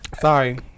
Sorry